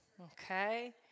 Okay